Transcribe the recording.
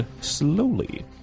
slowly